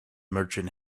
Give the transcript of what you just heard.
merchant